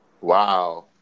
Wow